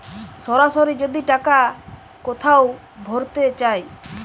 সরাসরি যদি টাকা কোথাও ভোরতে চায়